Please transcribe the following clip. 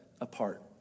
apart